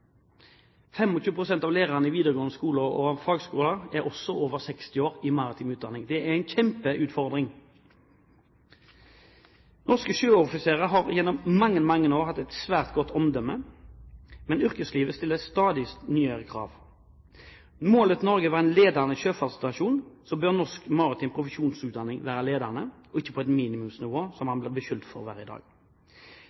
av lærerne i videregående skoler og i fagskoler i maritim utdanning er også over 60 år. Det er en kjempeutfordring. Norske sjøoffiserer har gjennom mange år hatt et svært godt omdømme, men yrkeslivet stiller stadig nye krav. Når målet til Norge er å være en ledende sjøfartsnasjon, bør norsk maritim profesjonsutdanning være ledende og ikke på et minimumsnivå, som